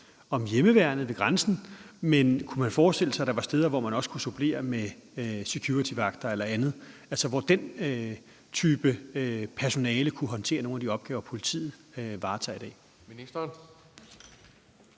om hjemmeværnet ved grænsen, men kunne man forestille sig, at der var steder, hvor man også kunne supplere med security vagter eller andet, altså hvor den type personale kunne håndtere nogle af de opgaver, politiet varetager i dag?